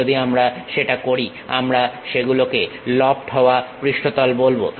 যদি আমরা সেটা করি আমরা সেগুলোকে লফট হওয়া পৃষ্ঠতল বলবো